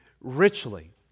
richly